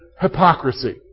hypocrisy